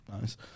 nice